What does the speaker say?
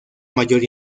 mayor